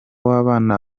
w’abana